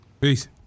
Peace